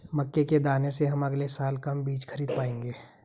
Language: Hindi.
मक्के के दाने से हम अगले साल कम बीज खरीद पाएंगे